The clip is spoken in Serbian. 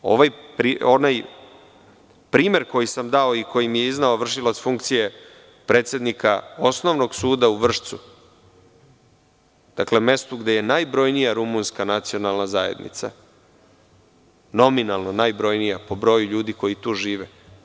Onaj primer koji sam dao i koji mi je izneo vršilac funkcije predsednika Osnovnog suda u Vršcu, mestu gde je najbrojnija rumunska nacionalna zajednica, nominalno najbrojnija, po broju ljudi koji tu žive.